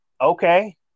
okay